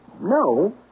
No